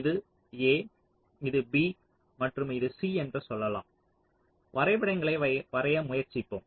இது A இது B மற்றும் இது C என்று சொல்லலாம் வரைபடங்களை வரைய முயற்சிப்போம்